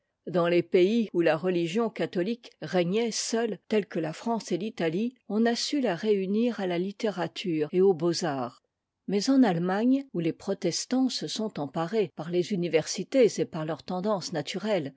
dans les pays où la religion catholique régnait seule tels que la france et l'italie on a su la réunir à ta littérature et aux beaux-arts mais en atlemagne où les protestants se sont emparés par les universités et par leur tendance naturelle